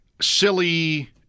silly